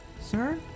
sir